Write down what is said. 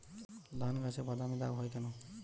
ধানগাছে বাদামী দাগ হয় কেন?